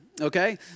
okay